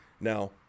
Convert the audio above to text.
now